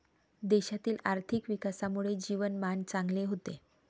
देशातील आर्थिक विकासामुळे जीवनमान चांगले होते